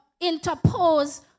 interpose